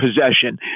possession